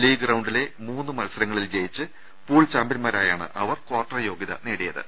league റൌണ്ടിലെ മൂന്ന് മത്സരങ്ങളിൽ ജയിച്ച് പൂൾചാമ്പൃൻമാരായാണ് അവർ ക്വാർട്ടർ യോഗ്യത നേടിയത്